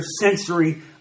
sensory